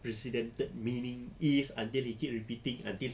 precedented meaning is until he keep repeating until